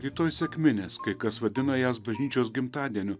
rytoj sekminės kai kas vadino jas bažnyčios gimtadieniu